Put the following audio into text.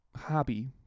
hobby